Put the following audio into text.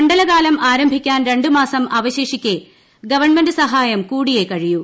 മണ്ഡലകാലം ആരംഭിക്കാൻ രണ്ട് മാസം അവശേഷിക്കേ ഗവൺമെന്റ് സഹായം കൂടിയേ കഴിയൂ